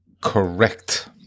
Correct